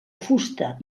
fusta